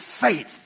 faith